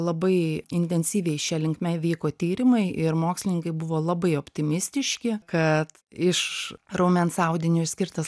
labai intensyviai šia linkme vyko tyrimai ir mokslininkai buvo labai optimistiški kad iš raumens audinio išskirtas